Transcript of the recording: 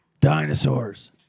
Dinosaurs